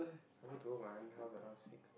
supposed to go my aunt house around six